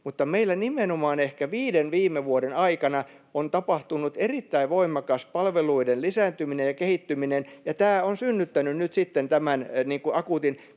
mutta meillä nimenomaan ehkä viiden viime vuoden aikana on tapahtunut erittäin voimakas palveluiden lisääntyminen ja kehittyminen, ja tämä on synnyttänyt nyt sitten tämän akuutin...